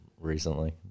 recently